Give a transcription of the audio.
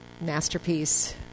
masterpiece